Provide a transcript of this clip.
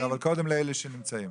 אבל קודם לאלה שנמצאים.